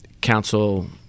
council